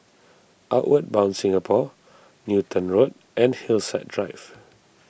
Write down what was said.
Outward Bound Singapore Newton Road and Hillside Drive